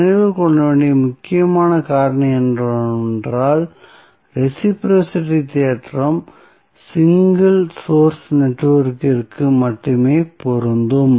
நினைவில் கொள்ள வேண்டிய முக்கியமான காரணி என்னவென்றால் ரெஸிபிரோஸிட்டி தேற்றம் சிங்கள் சோர்ஸ் நெட்வொர்க்கிற்கு மட்டுமே பொருந்தும்